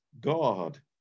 God